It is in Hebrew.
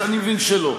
אז אני מבין שלא.